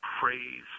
praise